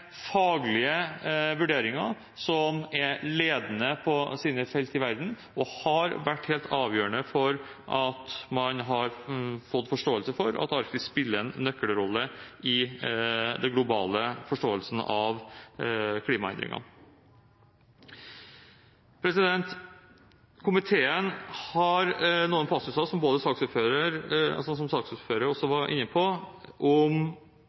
faglige vurderinger som er ledende på sine felt i verden, og som har vært helt avgjørende for at man har fått forståelse for at Arktis spiller en nøkkelrolle i den globale forståelsen av klimaendringene. Komiteen har noen passuser, som saksordføreren også var inne på, om